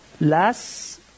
Last